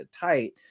tight